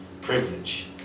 privilege